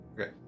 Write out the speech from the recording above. Okay